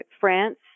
France